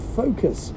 focus